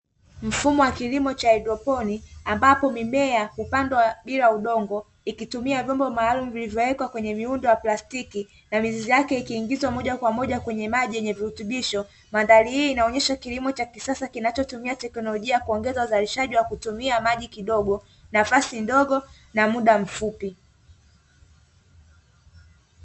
Mfumo wa kilimo cha haidroponi ambapo mimea hupandwa bila udongo ikitumia vyombo maalumu vilivyowekwa kwenye miundo ya plastiki, na mizizi yake ikiingizwa moja kwa moja kwenye maji yenye virutubisho, mandhari hii inaonesha kilimo cha kisasa kinachotumia teknolojia kuongeza uzalishaji wa kutumia maji kidogo, nafasi ndogo na mda mfupi.